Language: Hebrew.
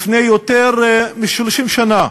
לפני יותר מ-30 שנה,